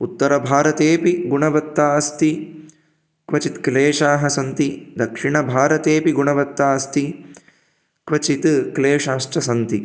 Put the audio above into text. उत्तरभारतेऽपि गुणवत्ता अस्ति क्वचित् क्लेशाः सन्ति दक्षिणभारतेऽपि गुणवत्तास्ति क्वचित् क्लेशाश्च सन्ति